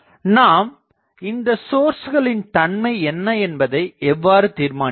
நாம் இந்தச் சோர்ஸ்களின் தன்மை என்ன என்பதை எவ்வாறு தீர்மானிப்பது